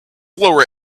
lower